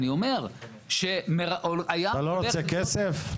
אני אומר שהים הולך להיות --- אתה לא רוצה כסף?